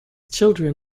children